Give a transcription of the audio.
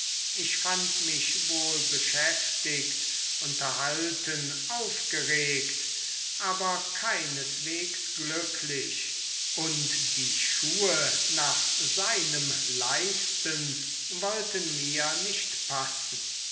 ich fand mich wohl beschäftigt unterhalten aufgeregt aber keineswegs glücklich und die schuhe nach seinem leisten wollten mir nicht passen